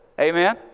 Amen